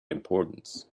importance